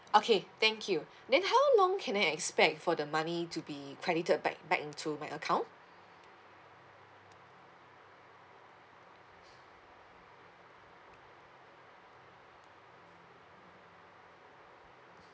okay thank you then how long can I expect for the money to be credited back back into my account